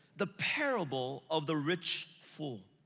the parable of the rich fool.